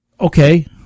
okay